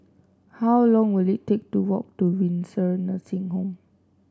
how long will it take to walk to Windsor Nursing Home